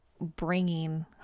bringing